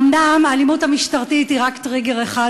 אומנם האלימות המשטרתית היא רק טריגר אחד,